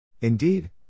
Indeed